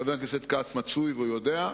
חבר הכנסת כץ מצוי והוא יודע,